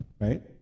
right